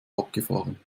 abgefahren